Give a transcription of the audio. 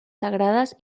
sagradas